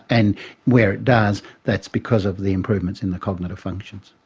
and where it does, that's because of the improvements in the cognitive functions.